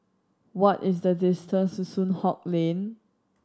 what is the distance to Soon Hock Lane